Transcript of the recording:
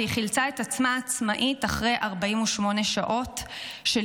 והיא חילצה את עצמה עצמאית אחרי 48 שעות של